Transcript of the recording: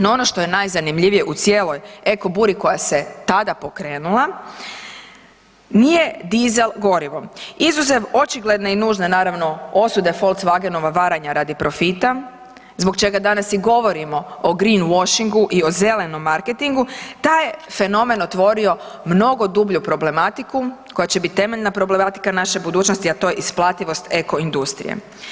No, ono što je najzanimljivije u cijeloj eko buri koja se tada pokrenula nije diesel gorivo, izuzev očigledne i nužne naravne osude volkswagenova varanja radi profita zbog čega danas i govorimo o Greenwaschingu i o zelenom marketingu taj je fenomen otvorio mnogo dublju problematiku koja će bit temeljna problematika naše budućnosti, a to je isplativost eko industrije.